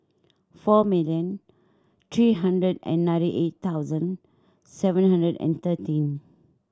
four million three hundred and ninety eight thousand seven hundred and thirteen